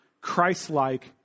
Christ-like